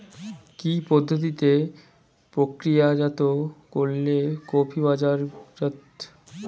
কি পদ্ধতিতে প্রক্রিয়াজাত করলে কফি বাজারজাত হবার উপযুক্ত হবে?